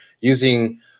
using